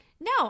No